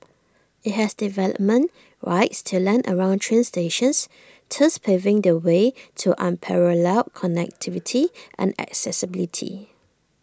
IT has development rights to land around train stations thus paving the way to unparalleled connectivity and accessibility